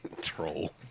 troll